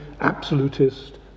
absolutist